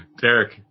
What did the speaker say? Derek